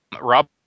Rob